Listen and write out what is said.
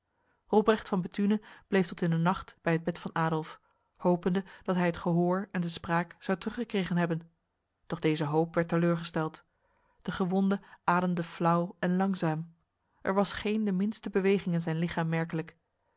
robrecht van bethune bleef tot in de nacht bij het bed van adolf hopende dat hij het gehoor en de spraak zou teruggekregen hebben doch deze hoop werd teleurgesteld de gewonde ademde flauw en langzaam er was geen de minste beweging in zijn lichaam merkelijk